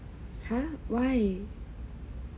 !huh! why